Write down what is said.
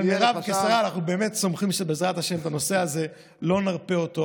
על מירב אנחנו באמת סומכים שבעזרת השם לא נרפה מהנושא הזה.